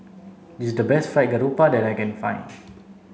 this is the best fried garoupa that I can find